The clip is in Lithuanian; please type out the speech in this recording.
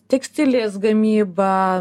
tekstilės gamyba